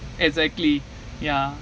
exactly ya